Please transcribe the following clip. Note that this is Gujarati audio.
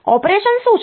ઓપરેશન શું છે